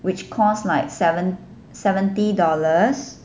which cost like seven~ seventy dollars